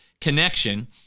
connection